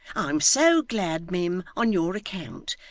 i'm so glad, mim, on your account.